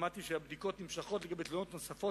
שמעתי שהבדיקות נמשכות לגבי תלונות נוספות,